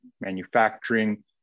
manufacturing